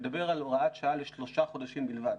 מדבר על הוראת שעה לשלושה חודשים בלבד,